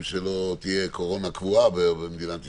שלא תהיה קורונה קבועה במדינת ישראל,